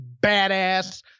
badass